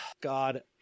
God